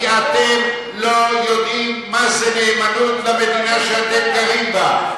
כי אתם לא יודעים מה זה נאמנות למדינה שאתם גרים בה.